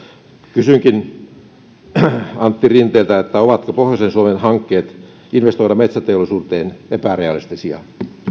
kysynkin antti rinteeltä ovatko pohjoisen suomen hankkeet investoida metsäteollisuuteen epärealistisia